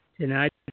Tonight